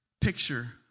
picture